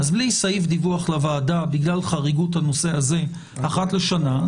אז בלי סעיף דיווח לוועדה בגלל חריגות הנושא הזה אחת לשנה,